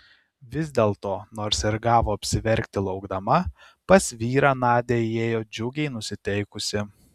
vis dėlto nors ir gavo apsiverkti laukdama pas vyrą nadia įėjo džiugiai nusiteikusi